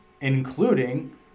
including